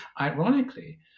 ironically